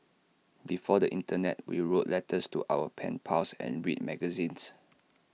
before the Internet we wrote letters to our pen pals and read magazines